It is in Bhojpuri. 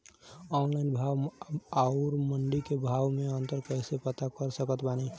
ऑनलाइन भाव आउर मंडी के भाव मे अंतर कैसे पता कर सकत बानी?